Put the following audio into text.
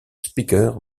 speaker